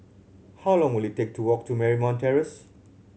how long will it take to walk to Marymount Terrace